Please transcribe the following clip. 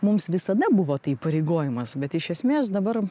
mums visada buvo tai įpareigojimas bet iš esmės dabar